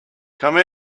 come